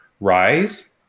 rise